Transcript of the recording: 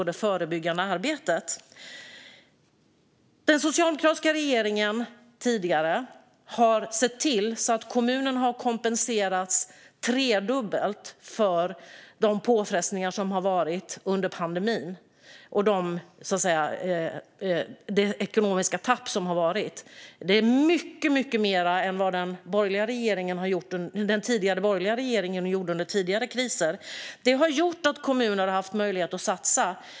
Den tidigare socialdemokratiska regeringen har sett till att kommunerna kompenserats tredubbelt för de påfrestningar som har varit under pandemin och det ekonomiska tapp som detta har inneburit. Det är mycket mer än den tidigare borgerliga regeringen gjorde under tidigare kriser. Detta har gjort att kommuner har haft möjlighet att satsa.